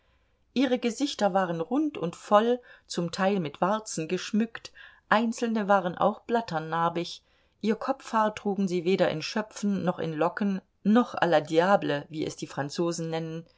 ihre gesichter waren rund und voll zum teil mit warzen geschmückt einzelne waren auch blatternarbig ihr kopfhaar trugen sie weder in schöpfen noch in locken noch la diable wie es die franzosen nennen